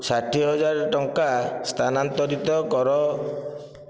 ଷାଠିଏ ହଜାର ଟଙ୍କା ସ୍ଥାନାନ୍ତରିତ କର